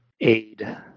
aid